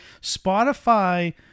Spotify